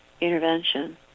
intervention